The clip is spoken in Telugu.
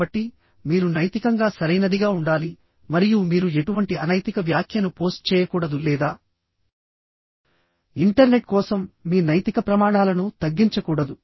కాబట్టి మీరు నైతికంగా సరైనదిగా ఉండాలి మరియు మీరు ఎటువంటి అనైతిక వ్యాఖ్యను పోస్ట్ చేయకూడదు లేదా ఇంటర్నెట్ కోసం మీ నైతిక ప్రమాణాలను తగ్గించకూడదు